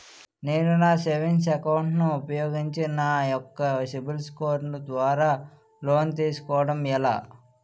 నేను నా savings account ను ఉపయోగించి నా యెక్క సిబిల్ స్కోర్ ద్వారా లోన్తీ సుకోవడం ఎలా?